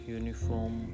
uniform